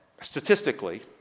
statistically